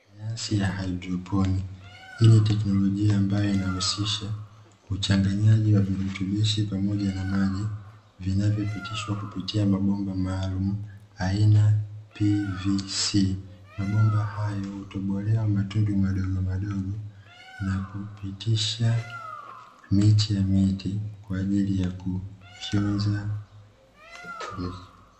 Nyasi ya haidroponi yenye teknolojia ambayo inahusisha uchanganyaji wa virutubisho pamoja na maji vinavyopitishwa kupitia mabomba maalumu aina PVC. Mabomba hayo hutobolewa matundu madogomadogo na kupitisha miche ya mimea kwa ajili ya kufyonza.